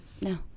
No